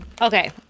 Okay